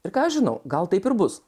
ir ką aš žinau gal taip ir bus